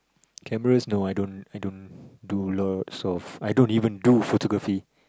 cameras no I don't I don't do lots of I don't even do photography